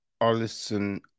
Olson